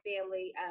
family